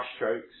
brushstrokes